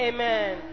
Amen